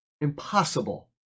impossible